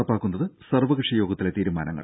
നടപ്പാക്കുന്നത് സർവകക്ഷി യോഗത്തിലെ തീരുമാനങ്ങൾ